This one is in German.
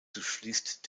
durchfließt